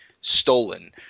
stolen